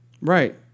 Right